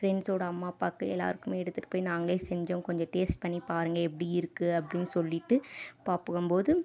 ஃப்ரெண்ட்ஸோடய அம்மா அப்பாக்கு எல்லோருக்குமே எடுத்துட்டு போய் நாங்களே செஞ்சோம் கொஞ்சம் டேஸ்ட் பண்ணி பாருங்கள் எப்படி இருக்குது அப்படின்னு சொல்லிகிட்டு பார்ப்புக்கும் போது